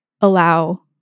allow